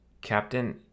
Captain